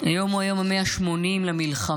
היום הוא היום ה-180 למלחמה.